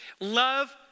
Love